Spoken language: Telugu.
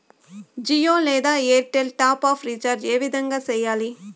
జియో లేదా ఎయిర్టెల్ టాప్ అప్ రీచార్జి ఏ విధంగా సేయాలి